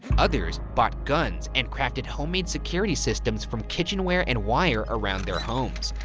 others bought guns and crafted homemade security systems from kitchenware and wire around their homes.